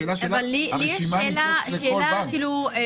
לשאלה שלך,